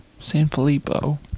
Sanfilippo